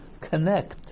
connect